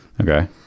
Okay